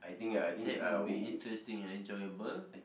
that would be interesting and enjoyable